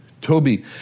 Toby